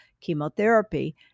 chemotherapy